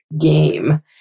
game